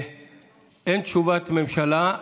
אין תשובת ממשלה.